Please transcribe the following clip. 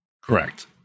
Correct